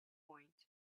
point